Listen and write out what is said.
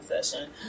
session